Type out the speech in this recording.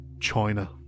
China